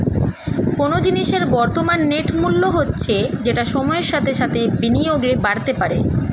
কোনো জিনিসের বর্তমান নেট মূল্য হচ্ছে যেটা সময়ের সাথে সাথে বিনিয়োগে বাড়তে পারে